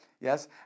yes